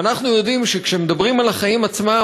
ואנחנו יודעים שכשמדברים על החיים עצמם,